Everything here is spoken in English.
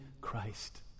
Christ